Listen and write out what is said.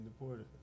deported